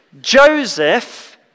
Joseph